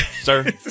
Sir